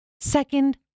Second